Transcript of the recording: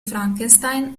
frankenstein